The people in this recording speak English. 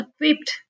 equipped